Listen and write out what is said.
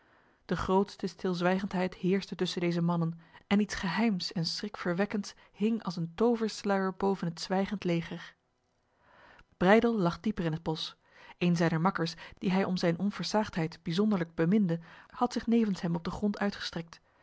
de grootste stilzwijgendheid heerste tussen deze mannen en iets geheims en schrikverwekkends hing als een toversluier boven het zwijgend leger breydel lag dieper in het bos een zijner makkers die hij om zijn onversaagdheid bijzonderlijk beminde had zich nevens hem op de grond uitgestrekt